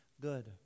good